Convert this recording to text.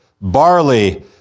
barley